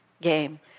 game